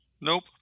nope